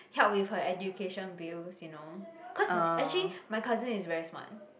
help with her education bills you know cause actually my cousin is very smart